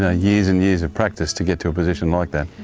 ah years and years of practice to get to a position like that.